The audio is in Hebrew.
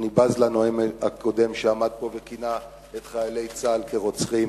אני בז לנואם הקודם שעמד פה וכינה את חיילי צה"ל כרוצחים.